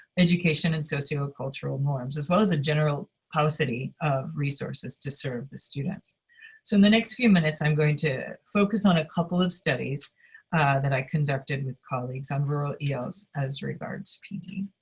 education and sociocultural norms, as well as a general paucity of resources to serve the students. so in the next few minutes i'm going to focus on a couple of studies that i conducted with colleagues on rural els as regards to pd.